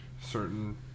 certain